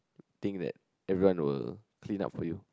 think that everyone will clean up for you